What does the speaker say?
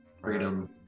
freedom